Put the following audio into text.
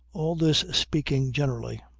all this speaking generally.